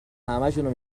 همشونو